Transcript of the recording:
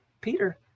Peter